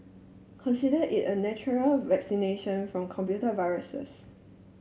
consider it a natural vaccination from computer viruses